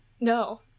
no